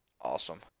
Awesome